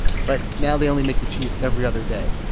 but now they only make the cheese every other day.